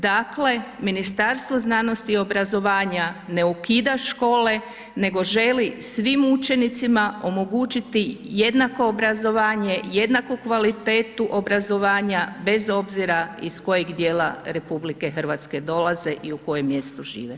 Dakle Ministarstvo znanosti i obrazovanja ne ukida škole nego želi svim učenicima omogućiti jednako obrazovanje, jednaku kvalitetu obrazovanja bez obzira iz kojeg djela RH dolaze i u kojem mjestu žive.